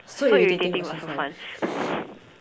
so irritating but so fun